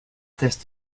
test